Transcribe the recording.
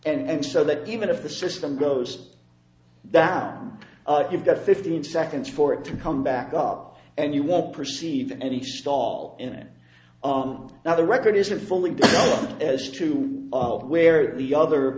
on and so that even if the system goes down you've got fifteen seconds for it to come back up and you will perceive any stall in it on now the record isn't fully as to where the other